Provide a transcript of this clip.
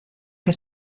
que